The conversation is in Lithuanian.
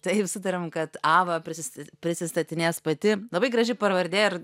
tai sutarėm kad ava prisis prisistatinės pati labai graži pravardė ir